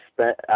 spent